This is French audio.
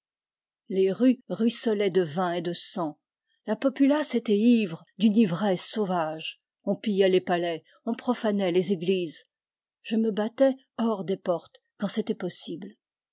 les rues ruisselaient de vin et de sang la populace était ivre d'une ivresse sauvage on pillait les palais on profanait les églises je me battais hors des portes quand c'était possible